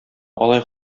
алай